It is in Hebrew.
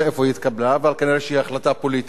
אבל כנראה היא החלטה פוליטית ולא משטרתית,